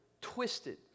twisted